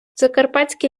закарпатські